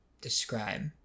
describe